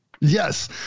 Yes